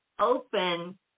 open